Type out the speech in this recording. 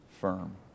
firm